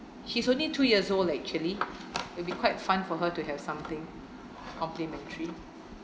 she's only two years old actually it'll be quite fun for her to have something complimentary